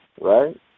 Right